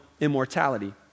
immortality